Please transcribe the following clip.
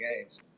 games